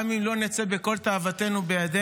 גם אם לא נצא עם כל תאוותינו בידינו,